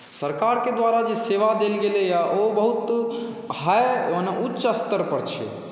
सरकारके द्वारा जे सेवा देल गेलैए ओ बहुत हाइ मने उच्च स्तरपर छै